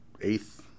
eighth